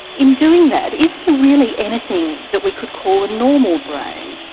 in doing that, is there really anything that we could call a normal brain,